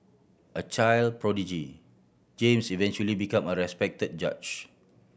a child prodigy James eventually become a respect judge